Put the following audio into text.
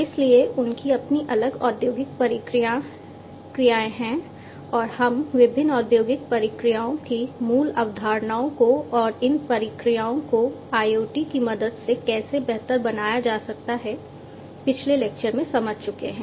इसलिए उनकी अपनी अलग औद्योगिक प्रक्रियाएं हैं और हम विभिन्न औद्योगिक प्रक्रियाओं की मूल अवधारणाओं को और इन प्रक्रियाओं को IoT की मदद से कैसे बेहतर बनाया जा सकता है पिछले लेक्चर में समझ चुके हैं